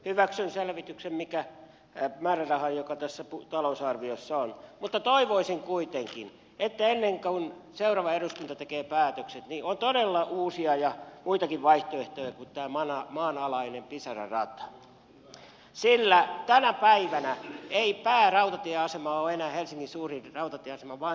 hyväksyn selvityksen ja määrärahan joka tässä talousarviossa on mutta toivoisin kuitenkin että ennen kuin seuraava eduskunta tekee päätökset niin on todella uusia ja muitakin vaihtoehtoja kuin tämä maanalainen pisara rata sillä tänä päivänä ei päärautatieasema ole enää helsingin suurin rautatieasema vaan se on pasila